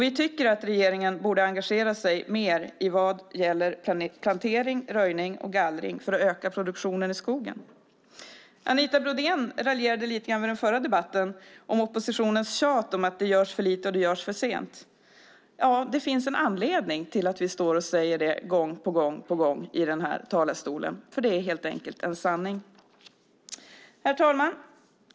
Vi tycker att regeringen borde engagera sig mer i plantering, röjning och gallring för att öka produktionen i skogen. Anita Brodén raljerade i den förra debatten om oppositionens tjat om att det görs för lite och att det görs för sent. Det finns en anledning till att vi säger det gång på gång i talarstolen. Det är helt enkelt en sanning. Herr talman!